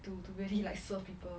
to to really like serve people